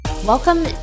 Welcome